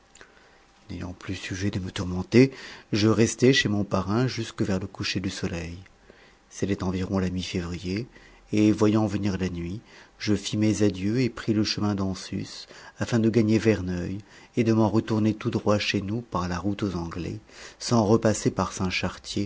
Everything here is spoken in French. n'ayant plus sujet de me tourmenter je restai chez mon parrain jusque vers le coucher du soleil c'était environ la mi février et voyant venir la nuit je fis mes adieux et pris le chemin d'en sus afin de gagner verneuil et de m'en retourner tout droit chez nous par la route aux anglais sans repasser par